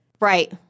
Right